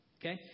Okay